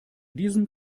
diesem